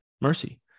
mercy